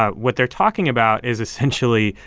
ah what they're talking about is, essentially,